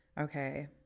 okay